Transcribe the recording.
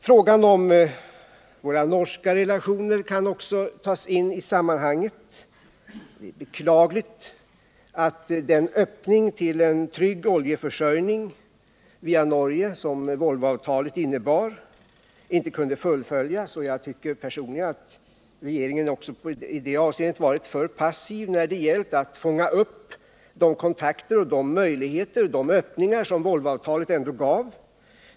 Frågan om våra norska relationer kan också tas in i det sammanhanget. Det är beklagligt att den öppning till en trygg oljeförsörjning via Norge som Volvoavtalet skulle ha inneburit inte kunde fullföljas. Jag tycker personligen att regeringen också i det avseendet varit allför passiv när det gällt att fånga upp de kontakter och möjligheter till öppningar som Volvoavtalet ändå gav.